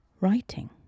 writing